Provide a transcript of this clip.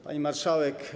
Pani Marszałek!